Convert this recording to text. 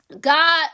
God